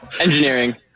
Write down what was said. engineering